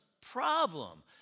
problem